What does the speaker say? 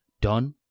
done